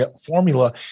formula